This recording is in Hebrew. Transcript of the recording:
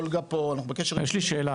יש לי שאלה